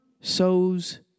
sows